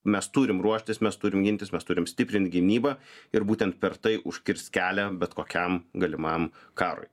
mes turim ruoštis mes turim gintis mes turim stiprint gynybą ir būtent per tai užkirst kelią bet kokiam galimam karui